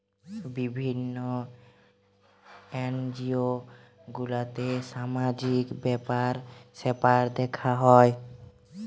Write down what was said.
বিভিন্ন এনজিও গুলাতে সামাজিক ব্যাপার স্যাপার দেখা হয়